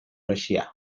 russia